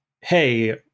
hey